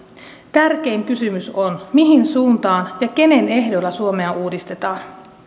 tärkein kysymys on mihin suuntaan ja kenen ehdoilla suomea uudistetaan